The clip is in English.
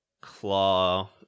claw